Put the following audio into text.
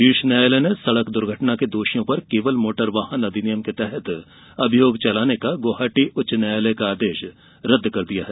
शीर्ष न्यायालय ने सड़क दुर्घटना के दोषियों पर केवल मोटर वाहन अधिनियम के तहत अभियोग चलाने का गुवाहाटी उच्च न्यायालय का आदेश रद्द कर दिया है